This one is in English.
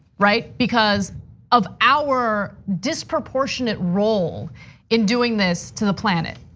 right? because of our disproportionate role in doing this to the planet,